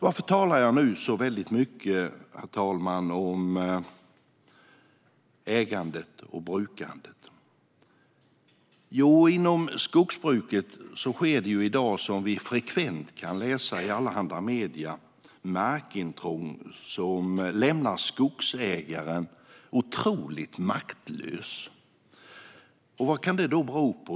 Varför talar jag så mycket om ägandet och brukandet, herr talman? Jo, inom skogsbruket i dag sker det - som vi frekvent kan läsa om i olika medier - markintrång som lämnar skogsägaren otroligt maktlös. Vad kan det bero på?